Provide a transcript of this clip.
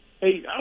Hey